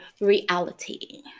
reality